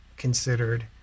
considered